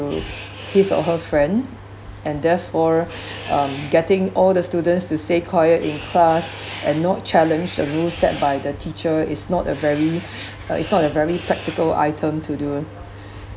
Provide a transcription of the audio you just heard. his or her friend and therefore um getting all the students to stay quiet in class and not challenge the rules set by the teacher is not a very uh it's not a very practical item to do